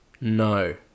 No